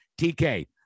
TK